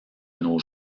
nos